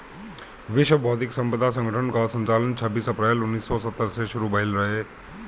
विश्व बौद्धिक संपदा संगठन कअ संचालन छबीस अप्रैल उन्नीस सौ सत्तर से शुरू भयल रहे